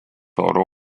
oro